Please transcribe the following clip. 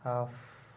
off